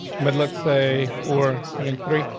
but let's say for having three.